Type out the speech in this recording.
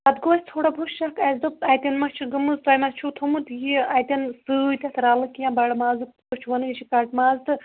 پتہٕ گوٚو اسہِ تھوڑا بُہت شک اسہِ دوٚپ اَتٮ۪ن ما چھِ گٔمٕژ تُۄہہِ ما چھُو تھُومُت یہِ اَتٮ۪ن سۭتۍ اَتھ رَلہٕ کیٚنٛہہ بَڑٕمازُک تُہۍ چھُو وَنان یہِ چھُ کَٹہٕ ماز تہٕ